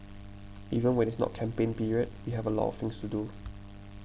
even when it's not campaign period we have a lot of things to do